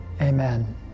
amen